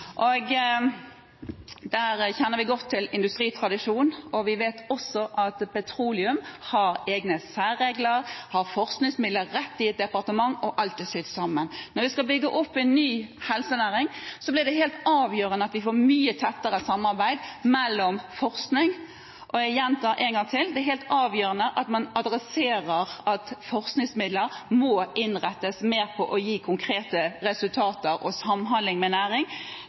og der kjenner vi godt til industritradisjonen, og vi vet at innen petroleum har man egne særregler, har forskningsmidler rett i et departement, og alt er sydd sammen. Når vi skal bygge opp en ny helsenæring, blir det helt avgjørende at vi får et mye tettere samarbeid med hensyn til forskning, og jeg gjentar en gang til: Det er helt avgjørende at man adresserer at forskningsmidler må innrettes mer på å gi konkrete resultater og samhandling med